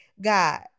God